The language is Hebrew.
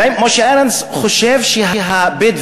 אולי כמו שארנס חושב שהבדואים,